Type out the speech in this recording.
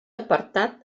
apartat